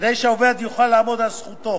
כדי שהעובד יוכל לעמוד על זכותו